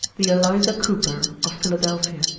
the eliza cooper, of philadelphia.